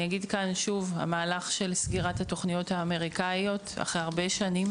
אני אגיד פה שוב המהלך של סגירת התכניות האמריקניות אחרי הרבה שנים